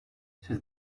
siz